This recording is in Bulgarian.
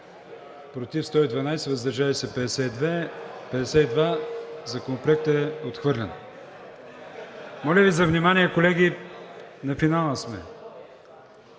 против 112, въздържали се 52. Законопроектът е отхвърлен. Моля Ви за внимание, колеги, на финала сме.